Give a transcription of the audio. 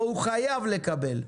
פה הוא חייב לקבל.